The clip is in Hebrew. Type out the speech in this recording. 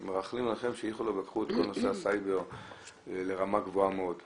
שמרכלים עליכם שאיכילוב לקחו את כל נושא הסייבר לרמה גבוהה מאוד?